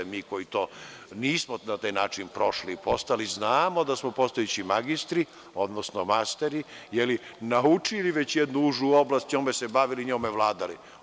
Mi koji nismo na taj način prošli i postali, znamo da smo postajući magistri, odnosno masteri, naučili jednu užu oblast, njome se bavili, njome vladali.